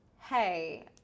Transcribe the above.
Hey